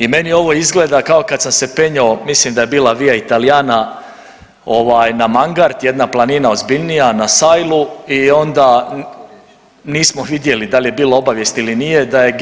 I meni ovo izgleda kao kad sam se penjao mislim da je bila Via Italiana ovaj na Mangart, jedna planina ozbiljnija na sajlu i onda nismo vidjeli da li je bila obavijest ili nije da je